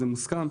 זה מוסכם.